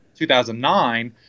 2009